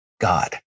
God